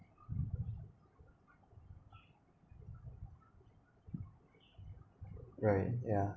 right yeah